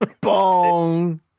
Bong